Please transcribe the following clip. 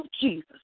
Jesus